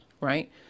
right